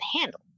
handle